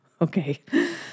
okay